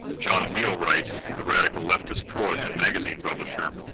john wheelwright, the radical leftist poet and magazine publisher,